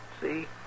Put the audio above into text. see